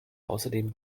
außerdem